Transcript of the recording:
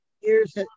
years